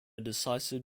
decisive